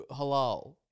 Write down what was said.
halal